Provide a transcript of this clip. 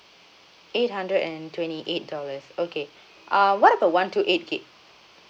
eight hundred and twenty eight dollars okay uh what about one two eight gigabyte